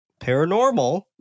Paranormal